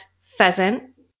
pheasant